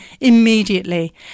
immediately